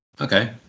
Okay